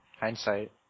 hindsight